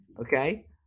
okay